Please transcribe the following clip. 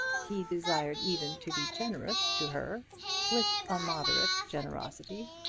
he desired even to be generous to her with a moderate generosity.